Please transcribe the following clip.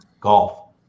golf